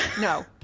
No